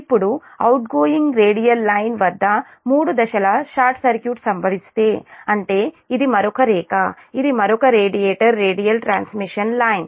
ఇప్పుడు outgoing radial line వద్ద మూడు దశల షార్ట్ సర్క్యూట్ సంభవిస్తే అంటే ఇది మరొక రేఖ ఇది మరొక రేడియేటర్ రేడియల్ ట్రాన్స్మిషన్ లైన్